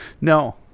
No